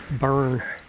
burn